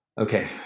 Okay